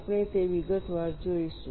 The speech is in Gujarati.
આપણે તે વિગતવાર જોઈશું